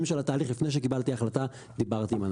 של התהליך לפני שקיבלתי החלטה דיברתי ים האנשים.